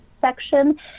section